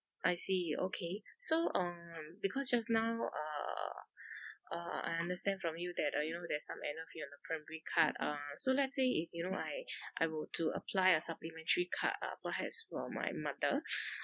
I see okay so um because just now err err I understand from you that uh you know there's some annual fee on the primary card uh so let's say if you know I I were to apply a supplementary card uh perhaps for my mother